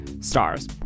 stars